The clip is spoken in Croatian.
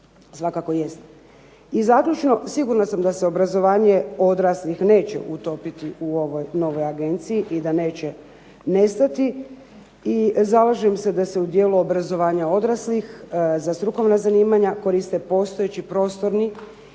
zaključno sigurna sam da se obrazovanje neće utopiti u ovoj novoj agenciji i da neće nestati. I zalažem se da se u obrazovanju odraslih za strukovna zanimanja koriste postojeći prostorni